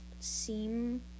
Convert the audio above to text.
seem